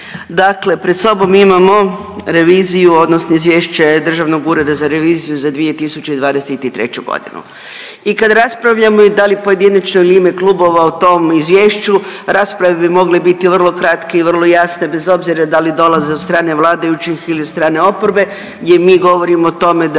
Dakle, pred sobom imamo reviziju, odnosno izvješće Državnog ureda za reviziju za 2023. godinu. I kad raspravljamo da li pojedinačno ili u ime klubova o tom izvješću rasprave bi mogle biti vrlo kratke i vrlo jasne bez obzira da li dolaze od strane vladajućih ili od strane oporbe gdje mi govorimo o tome da